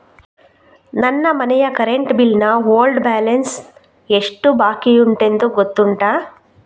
ನನ್ನ ಮನೆಯ current bill ನ ಓಲ್ಡ್ ಬ್ಯಾಲೆನ್ಸ್ ಎಷ್ಟು ಬಾಕಿಯುಂಟೆಂದು ಗೊತ್ತುಂಟ?